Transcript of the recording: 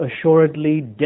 assuredly